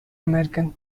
american